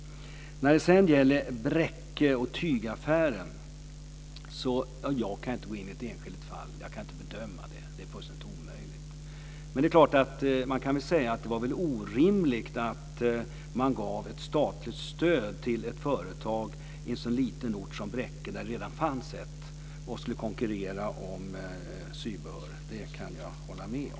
Jag kan inte gå in och bedöma ett enskilt fall som det med tygaffären i Bräcke. Det är fullständigt omöjligt. Man kan säga att det var orimligt att ge statligt stöd till ett företag i en så liten ort som Bräcke, där det redan fanns ett företag att konkurrera med. Det kan jag hålla med om.